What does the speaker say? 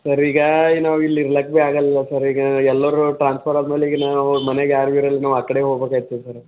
sir ಈಗ ನಾವು ಇಲ್ಲಿ ಇರ್ಲಿಕ್ ಬಿ ಆಗೋಲ್ಲ ಅಲ್ಲ ಸರ್ ಈಗ ಎಲ್ಲರೂ ಟ್ರಾನ್ಸ್ಫರ್ ಆದ ಮೇಲೆ ಈಗ ನಾವು ಮನೇಗ್ ಯಾರೂ ಇರಲ್ಲ ನಾವು ಆ ಕಡೆ ಹೋಗ್ಬೇಕಾಯ್ತದೆ ಸರ್